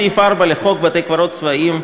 סעיף 4 לחוק בתי-קברות צבאיים,